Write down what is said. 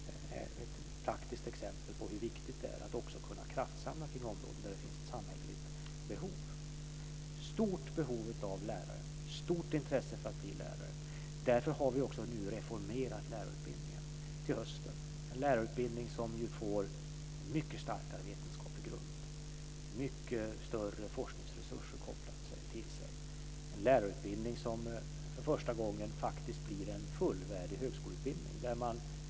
Det är ett praktiskt exempel på hur viktigt det är att också kunna kraftsamla kring områden där det finns ett samhälleligt behov. Det finns ett stort behov av lärare och ett stort intresse för att bli lärare. Därför har vi också nu reformerat lärarutbildningen till hösten. Det är en lärarutbildning som ju får en mycket starkare vetenskaplig grund och mycket större forskningsresurser kopplade till sig. Det är en lärarutbildning som för första gången faktiskt blir en fullvärdig högskoleutbildning.